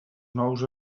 nous